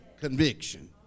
conviction